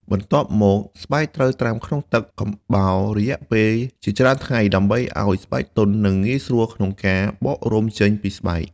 បន្ទាប់មកស្បែកត្រូវត្រាំក្នុងទឹកកំបោររយៈពេលជាច្រើនថ្ងៃ ដើម្បីធ្វើឱ្យស្បែកទន់ និងងាយស្រួលក្នុងការបករោមចេញពីស្បែក។